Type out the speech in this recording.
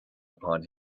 upon